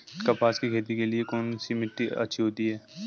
कपास की खेती के लिए कौन सी मिट्टी अच्छी होती है?